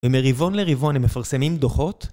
ומרבעון לרבעון, הם מפרסמים דוחות?